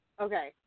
okay